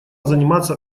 заниматься